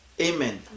amen